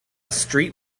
street